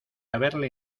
haberle